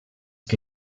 que